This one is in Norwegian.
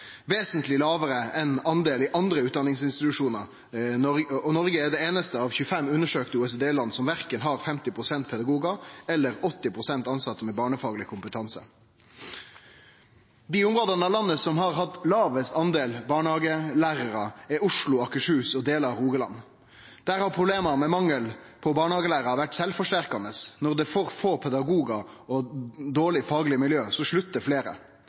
vesentleg mindre enn i andre utdanningsinstitusjonar. Og Noreg er det einaste landet av 25 undersøkte OECD-land som verken har 50 pst. pedagogar eller 80 pst. tilsette med barnefagleg kompetanse. Dei områda av landet som har hatt den lågaste prosentdelen barnehagelærarar, er Oslo, Akershus og delar av Rogaland. Der har problema med mangel på barnehagelærarar vore sjølvforsterkande: Når det er for få pedagogar og dårleg fagleg miljø, så sluttar fleire.